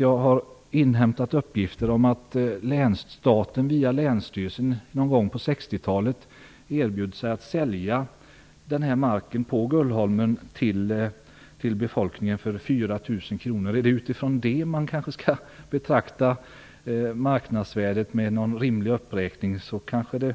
Jag har inhämtat uppgifter om att staten via länsstyrelsen någon gång på 60-talet erbjöd sig att sälja den här marken på Gullholmen till befolkningen för 4 000 kr. Om det är utifrån det vi skall betrakta marknadsvärdet med någon rimlig uppräkning, kanske det